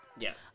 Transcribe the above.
Yes